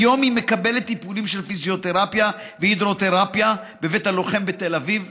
כיום היא מקבלת טיפולים של פיזיותרפיה והידרותרפיה בבית הלוחם בתל אביב.